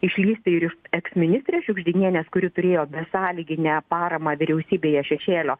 išlįsti ir iš eksministrės šiugždinienės kuri turėjo besąlyginę paramą vyriausybėje šešėlio